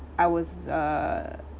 I was uh